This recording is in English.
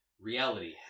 reality